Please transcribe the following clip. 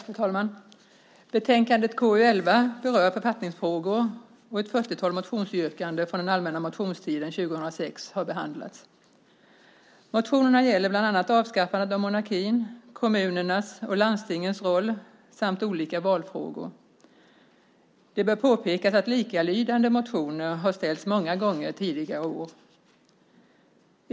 Fru talman! Betänkande KU11 berör författningsfrågor. Ett 40-tal motionsyrkanden från den allmänna motionstiden 2006 har behandlats. Motionerna gäller bland annat avskaffandet av monarkin, kommunernas och landstingens roll samt olika valfrågor. Det bör påpekas att likalydande motioner har väckts många gånger tidigare år.